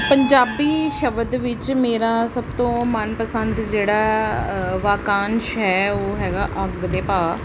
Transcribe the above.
ਪੰਜਾਬੀ ਸ਼ਬਦ ਵਿੱਚ ਮੇਰਾ ਸਭ ਤੋਂ ਮਨ ਪਸੰਦ ਜਿਹੜਾ ਵਾਕਾਂਸ਼ ਹੈ ਉਹ ਹੈਗਾ ਅੱਗ ਦੇ ਭਾਅ